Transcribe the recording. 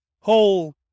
whole